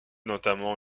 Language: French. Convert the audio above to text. notamment